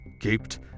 gaped